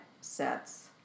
sets